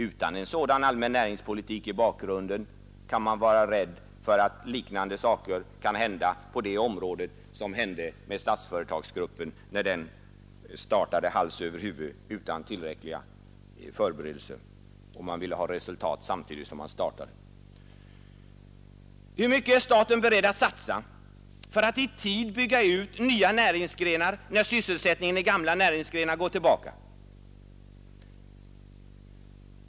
Utan en sådan allmän näringspo tik i bakgrunden kan man befara att liknande saker inträffar på det on 'ådet som hände med statsföretagsgruppen, när den startade hals över huvud utan tillräckliga förberedelser och man ville ha resultat samtidigt som man startade. Hur mycket är staten beredd att satsa för att i tid bygga ut nya näringsgrenar, då sysselsättningen i gamla näringsgrenar går tillbaka?